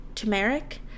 turmeric